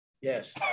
Yes